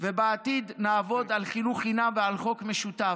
ובעתיד נעבוד על חינוך חינם ועל חוק משותף.